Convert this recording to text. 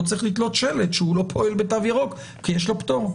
צריך לתלות שלט שהוא לא פועל בתו ירוק כי יש לו פטור?